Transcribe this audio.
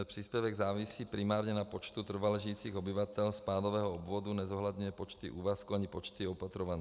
Příspěvek závisí primárně na počtu trvale žijících obyvatel spádového obvodu, nezohledňuje počty úvazků ani počty opatrovanců.